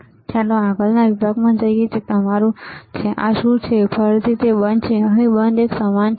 હવે ચાલો આગળના વિભાગમાં જઈએ જે તમારું છે તે આ શું છે ફરીથી તે બંધ છે અહીં એક બંધ સમાન છે